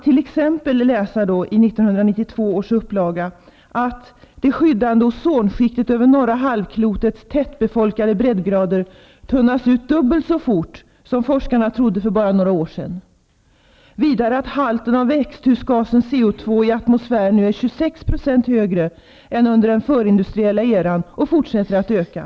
I 1992 års upplaga står det t.ex. att det skyddande ozonskiktet över norra halvklotets tättbefolkade breddgrader tunnas ut dubbelt så fort som forskarna trodde för bara några år sedan. Vidare står det i nämnda bok att halten av växthusgasen CO2 i atmosfären nu är 26 % högre än under den förindustriella eran och fortsätter att öka.